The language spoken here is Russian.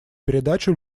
передачу